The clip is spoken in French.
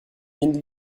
mille